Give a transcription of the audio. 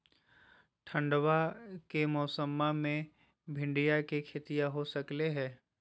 ठंडबा के मौसमा मे भिंडया के खेतीया हो सकये है?